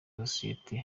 sosiyete